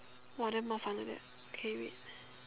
!wah! damn 麻烦 like that eh wait